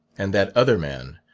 and that other man,